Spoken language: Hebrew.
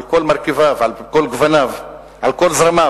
על כל מרכיביו, על כל גווניו, על כל זרמיו,